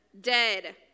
dead